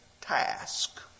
task